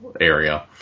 area